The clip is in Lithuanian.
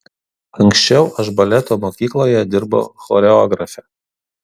anksčiau aš baleto mokykloje dirbau choreografe